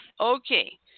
Okay